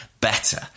better